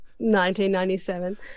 1997